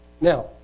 Now